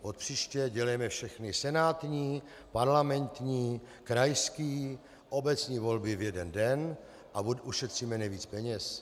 Odpříště dělejme všechny senátní, parlamentní, krajské, obecní volby v jeden den a ušetříme nejvíc peněz.